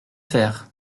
faire